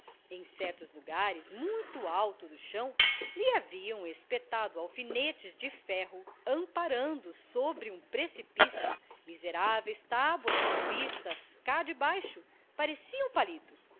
certos lugares muito alto do chão lhe haviam espetado alfinetes de ferro amparando sobre um precipício miseráveis tábuas que vistas cá de baixo pareciam palitos